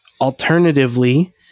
Alternatively